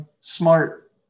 smart